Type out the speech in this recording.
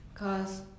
Cause